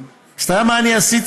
אתה יודע מה אני עשיתי